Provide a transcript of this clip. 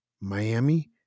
Miami